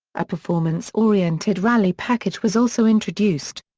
a performance oriented rallye package was also introduced.